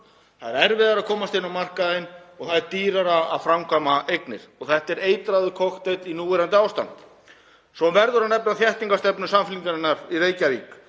Það er erfiðara að komast inn á markaðinn og það er dýrara að framkvæma byggingar eigna. Þetta er eitraður kokteill í núverandi ástandi. Svo verður að nefna þéttingarstefnu Samfylkingarinnar í Reykjavík